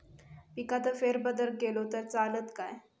पिकात फेरबदल केलो तर चालत काय?